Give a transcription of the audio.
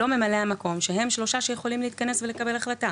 ממלא המקום שהם השלושה שיכולים להתכנס ולקבל החלטה.